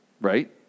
right